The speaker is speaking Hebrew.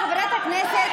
סליחה, חברת הכנסת,